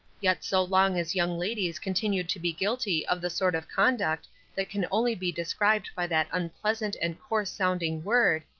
yet so long as young ladies continue to be guilty of the sort of conduct that can only be described by that unpleasant and coarse sounding word,